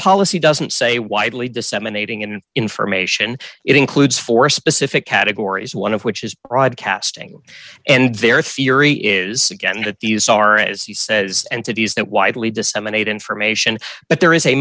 policy doesn't say widely disseminating in information it includes for specific categories one of which is broadcast ing and their theory is again that these are as he says and cities that widely disseminate information but there is a